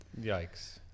yikes